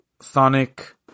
Sonic